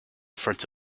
front